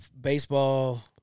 Baseball